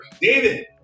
David